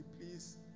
please